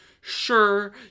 Sure